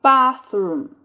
Bathroom